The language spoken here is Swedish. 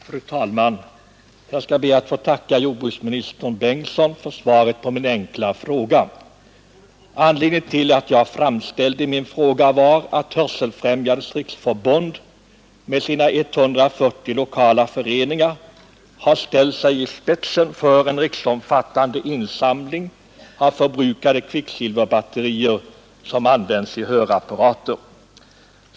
Fru talman! Jag skall be att få tacka jordbruksministern Bengtsson för svaret på min enkla fråga. Anledningen till att jag framställde min fråga var att Hörselfrämjandets riksförbund med sina 140 lokala föreningar har ställt sig i spetsen för en riksomfattande insamling av förbrukade kvicksilverbatterier som använts i hörapparater.